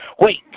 Wait